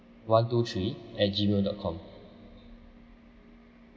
one two three at gmail dot com